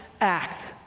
act